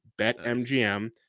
BetMGM